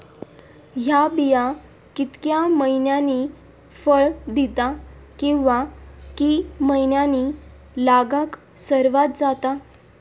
हया बिया कितक्या मैन्यानी फळ दिता कीवा की मैन्यानी लागाक सर्वात जाता?